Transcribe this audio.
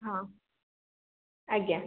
ହଁ ଆଜ୍ଞା